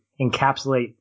encapsulate